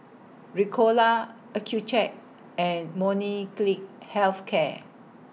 Ricola Accucheck and Health Care